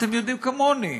אתם יודעים כמוני: